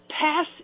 pass